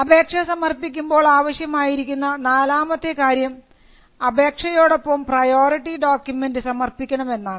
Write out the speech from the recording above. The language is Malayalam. അപേക്ഷ സമർപ്പിക്കുമ്പോൾ ആവശ്യമായിരിക്കുന്ന നാലാമത്തെ കാര്യം അപേക്ഷയോടൊപ്പം പ്രയോറിറ്റി ഡോക്യുമെൻറ് സമർപ്പിക്കണമെന്നാണ്